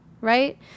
right